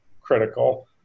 critical